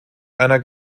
einer